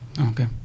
Okay